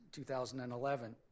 2011